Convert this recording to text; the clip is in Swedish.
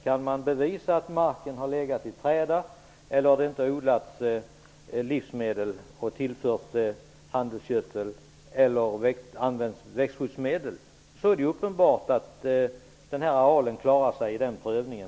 Kan man bevisa att marken har legat i träda eller att det inte odlats livsmedel och använts handelsgödsel eller växthusmedel, klarar arealen prövningen.